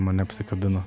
mane apsikabino